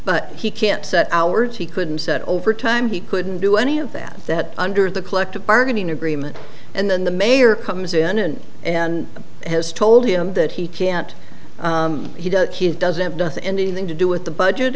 but he can't set our to he couldn't set overtime he couldn't do any of that that under the collective bargaining agreement and then the mayor comes in and has told him that he can't he does he doesn't does anything to do with the budget